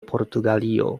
portugalio